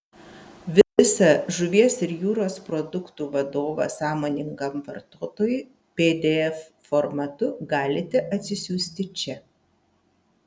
visą žuvies ir jūros produktų vadovą sąmoningam vartotojui pdf formatu galite atsisiųsti čia